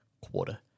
quarter